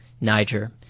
Niger